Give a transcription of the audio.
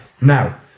Now